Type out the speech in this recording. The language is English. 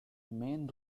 main